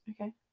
Okay